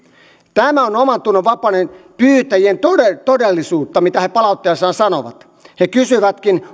tämä on omantunnonvapauden pyytäjien todellisuutta mitä he palautteessaan sanovat he kysyvätkin